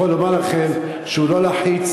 אני קצת יכול לומר לכם שהוא לא לחיץ,